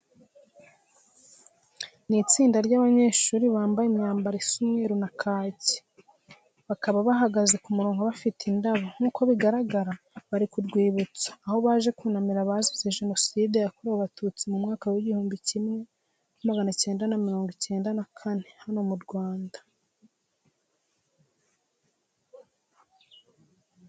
Ni itsinda ry'abanyeshuri bambaye imyambaro isa umweru na kake, bakaba bahagaza ku murongo bafite indabo. Nk'uko bigaragara bari ku rwibutso, aho baje kunamira abazize Jenoside yakorewe Abatutsi mu mwaka w'igihumbi kimwe magana cyenda miringo icyenda na kane hano mu Rwanda.